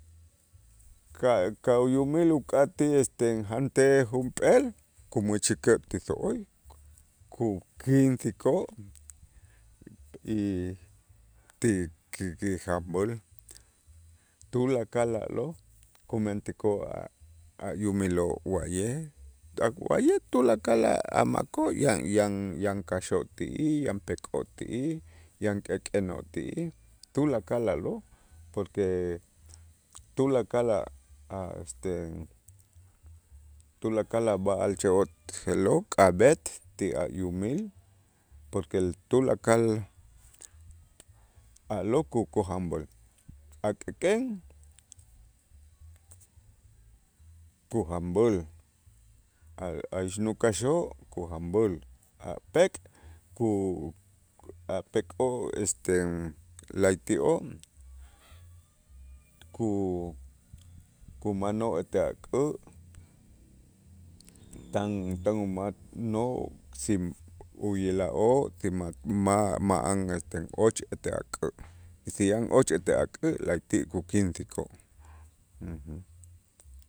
Ka' ka' uyumil uk'atij este jantej junp'eel kumächikoo' ti so'oy kukinsikoo' y tikikijab'äl tulakal a'lo' kumentikoo' a' a' yumiloo' wa'ye' tak wa'ye' tulakal a- ajmakoo' yan yan yan kaxoo' ti'ij yan pek'oo' ti'ij yan k'ek'enoo' ti'ij tulakal a'lo' porque tulakal a a este tulakal a' b'a'alche'oo' je'lo' k'ab'et ti a' yumil tulakal a'lo' kukujanb'äl, ajk'ek'en kujanb'äl, a' a' ixnuk kaxoo' kujanb'äl, ajpek' ku ajpekoo' este la'ayti'oo' ku- kumanoo' ete ak'ä' tan tan umanoo' sin uyila'oo' si ma- ma- ma'an este och ete ak'ä', si yan och ete ak'ä' la'ayti' kukinsikoo'.